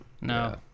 no